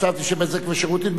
חשבתי שבזק ושידורים.